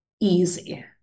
easy